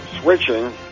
switching